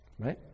Right